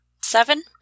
seven